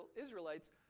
Israelites